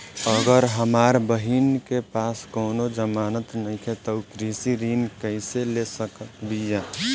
अगर हमार बहिन के पास कउनों जमानत नइखें त उ कृषि ऋण कइसे ले सकत बिया?